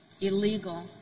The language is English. illegal